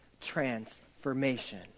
transformation